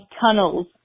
tunnels